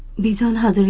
nissan has yeah